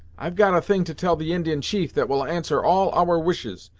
i've got a thing to tell the indian chief that will answer all our wishes,